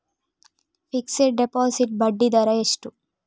Fixed deposit ಬಡ್ಡಿ ದರ ಎಷ್ಟು?